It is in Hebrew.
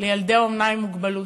לילדי אומנה עם מוגבלות,